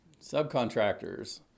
Subcontractors